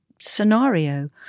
scenario